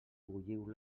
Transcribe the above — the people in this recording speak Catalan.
bulliu